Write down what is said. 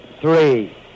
three